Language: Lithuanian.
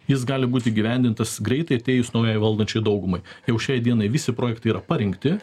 jis gali būt įgyvendintas greitai atėjus naujai valdančiųjų daugumai jau šiai dienai visi projektai yra parengti